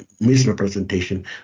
misrepresentation